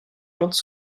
plantes